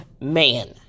man